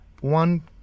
one